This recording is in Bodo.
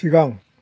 सिगां